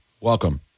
welcome